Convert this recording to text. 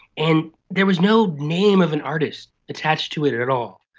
and there was no name of an artist attached to it it at all,